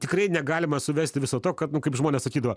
tikrai negalima suvesti viso to kad nu kaip žmonės sakydavo